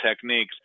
techniques